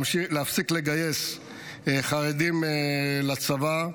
להפסיק לגייס חרדים לצבא,